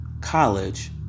college